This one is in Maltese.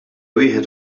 wieħed